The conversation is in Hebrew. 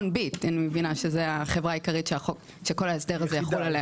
אני מבינה שביט היא החברה העיקרית שכל ההסדר יחול עליה.